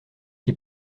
qui